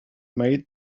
made